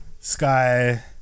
Sky